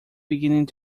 beginning